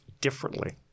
differently